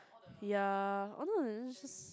ya just